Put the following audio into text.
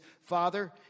father